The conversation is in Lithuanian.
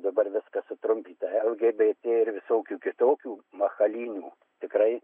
dabar viskas sutrukdyta lgbt ir visokių kitokių makalynių tikrai